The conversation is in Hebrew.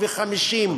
550